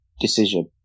decision